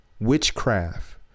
witchcraft